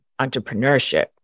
entrepreneurship